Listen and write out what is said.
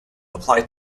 apply